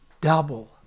double